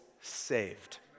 saved